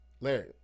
Larry